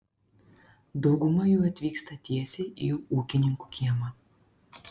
dauguma jų atvyksta tiesiai į ūkininkų kiemą